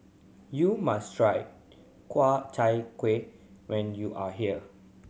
you must try Ku Chai Kueh when you are here